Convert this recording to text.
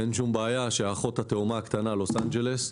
אין שום בעיה שהאחות התאומה הקטנה, לוס אנג'לס,